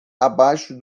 abaixo